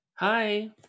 Hi